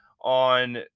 on